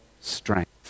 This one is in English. strength